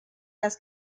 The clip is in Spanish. las